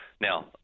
Now